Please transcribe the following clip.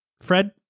Fred